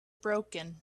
broken